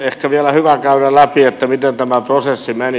ehkä vielä hyvä käydä läpi miten tämä prosessi meni